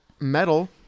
metal